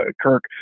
Kirk